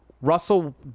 Russell